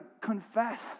confess